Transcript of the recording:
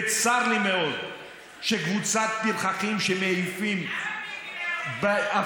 צר לי מאוד שקבוצת פרחחים שמעיפים עפיפונים,